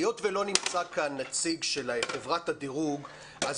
היות שלא נמצא כאן נציג של חברת הדירוג אז